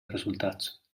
resultats